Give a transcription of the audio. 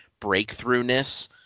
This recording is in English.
breakthroughness